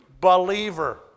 believer